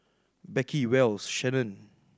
Beckie Wells Shannen